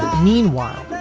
meanwhile,